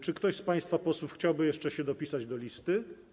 Czy ktoś z państwa posłów chciałby jeszcze się dopisać do listy?